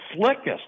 slickest